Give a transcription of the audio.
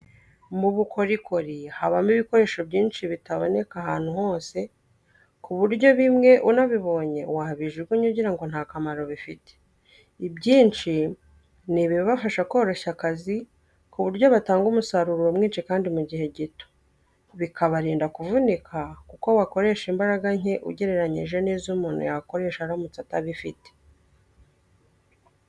Mu bukorikori habamo ibikoresho byinshi bitaboneka ahantu hose, ku buryo bimwe unabibonye wabijugunya ugira ngo nta kamaro bifite. Ibyishi ni ibibafasha koroshya akazi ku buryo batanga umusaruro mwinshi kandi mu gihe gito, Bikabarinda kuvunika kuko bakoresha imbaraga nke ugereranije n'izo umuntu yakoresha aramutse atabifite.